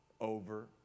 over